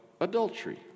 adultery